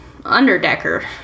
underdecker